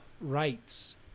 rights